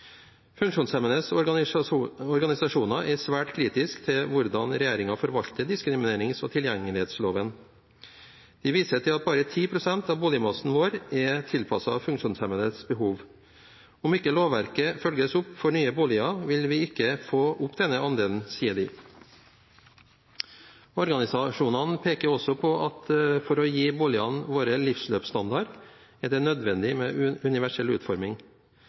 organisasjoner er svært kritiske til hvordan regjeringen forvalter diskriminerings- og tilgjengelighetsloven. De viser til at bare 10 pst. av boligmassen vår er tilpasset funksjonshemmedes behov. De sier at om ikke lovverket følges opp for nye boliger, vil vi ikke få opp denne andelen. Organisasjonene peker også på at for å gi boligene våre livsløpsstandard er det nødvendig med universell utforming.